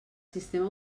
sistema